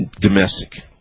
domestic